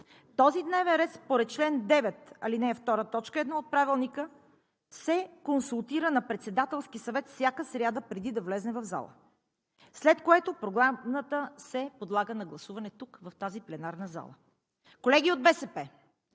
Този дневен ред според чл. 9, ал. 2, т. 1 от Правилника се консултира на Председателски съвет всяка сряда, преди да влезе в залата, след което Програмата се подлага на гласуване тук, в тази пленарна зала. Колеги от БСП,